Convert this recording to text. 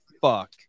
fuck